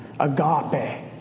Agape